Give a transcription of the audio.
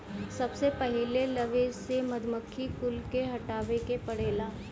सबसे पहिले लवे से मधुमक्खी कुल के हटावे के पड़ेला